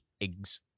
Eggs